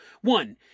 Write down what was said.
One